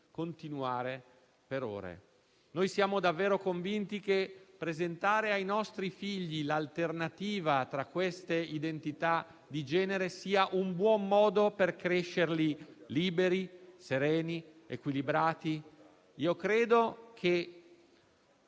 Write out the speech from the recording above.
continuare per ore. Siamo davvero convinti che presentare ai nostri figli l'alternativa tra queste identità di genere sia un buon modo per crescerli liberi, sereni ed equilibrati? Credo che